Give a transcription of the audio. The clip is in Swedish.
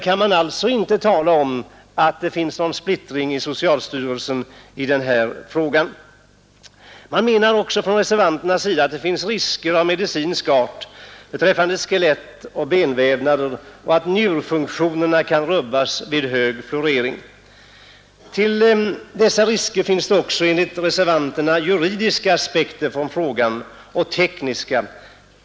Man kan alltså inte tala om att det finns någon splittring i socialstyrelsen i den här frågan. Reservanterna menar också att det finns risker av medicinsk art för skelett och benvävnader och att njurfunktionen kan rubbas vid hög fluoridering. Till dessa risker kommer också enligt reservanterna juridiska och tekniska aspekter på frågan.